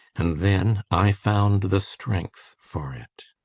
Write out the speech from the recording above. and then i found the strength for it.